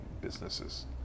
businesses